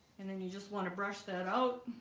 and then you just want to brush that out